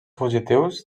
fugitius